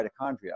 mitochondria